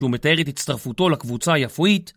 והוא מתאר את הצטרפותו לקבוצה היפואית